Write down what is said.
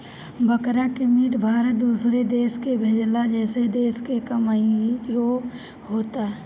बकरा के मीट भारत दूसरो देश के भेजेला जेसे देश के कमाईओ होता